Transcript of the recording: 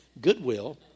Goodwill